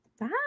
Bye